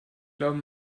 glaube